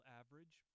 average